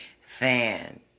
fan